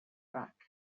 back